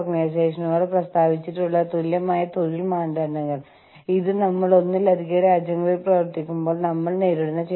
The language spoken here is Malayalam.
അല്ലെങ്കിൽ നിങ്ങൾ വികസിപ്പിച്ചതെന്തും ഇപ്പോൾ നിങ്ങളുടെ സ്വന്തം രാജ്യത്ത് കാലഹരണപ്പെട്ടിരിക്കുന്നു